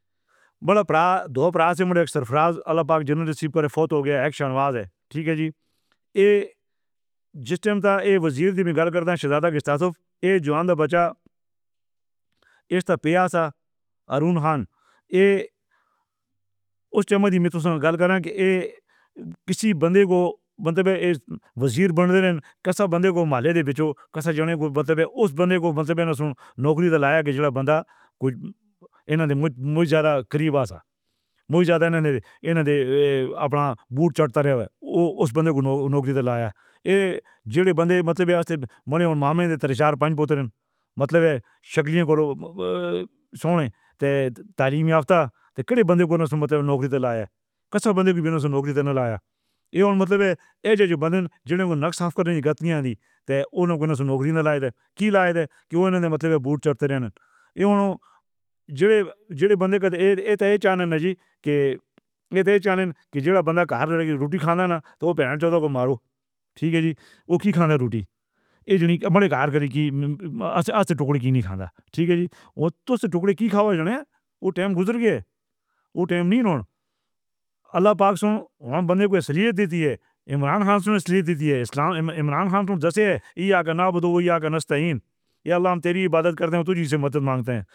مڑا پرا سے ملے۔ اک سرفراز اللہ پاک جنہوں نے فوت ہو گیا۔ اک شاہنواز ہے۔ ٹھیک ہے جی، یہ جس ٹائم کا یہ وزیر دی غلطی ہے شہزادہ کی۔ تاسے اگر یہ جوان دا بچہ اشتیہ پورا سا ارون ہان یہ اُس میں بھی میں تُم سے غلط کر رہا ہاں کہ کسی بندے کو مطلب یہ وزیر بنا دینا۔ کیسا بندے کو مالی دے بچوں کا انتخاب ہوا۔ مطلب اُس بندے کو مطلب نوکری تو لایا کہ جو بندہ کچھ نہیں مِجھ زیادہ قریب آ سا۔ مُجھے زیادہ انہوں نے اپنا بوٹ چڑھتا ہے۔ اُس بندے کو نوکری تو لایا یہ ضلع بندے مطلب ماموں ترے شاڑھ پانچ پوتے مطلب شکلیوں کو سونے تیریم یافتہ کے بندے کو نوکری تو لایا کا بندے کو نوکری تو نہیں لایا یہ مطلب بندے نے جو نقشہ ختم ہو گیا نوکری نہ لایا کی اُنہوں نے مطلب بوتھ چارجر بنا۔ یہ جو بندے کو یہ یہ چاہتے ہیں کہ یہ چاندنی کی جگہ بندہ گھر روٹی کھاتا ہے نا تو وہ چھوڑو مارو۔ ٹھیک ہے جی، وہ کھائی کھانے روٹی کارے کی آخری ٹکڑے۔ کینی کھاتا ٹھیک ہے جی تو اُسے ٹکڑے کی خاطر یہ ٹائم گزر گئے۔ وہ ٹائم نہیں۔ اللہ پاک سے ہم بندے کو صلاح دیتے ہیں۔ عمران خان نے صلاح دی تھی، اسلام۔ عمران خان نے دسیہ کا نام بتایا۔ اللہ ہم تیری عبادت کرتے ہیں، تجھ سے مدد مانگتے ہیں۔